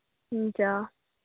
हुन्छ